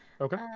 Okay